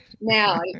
Now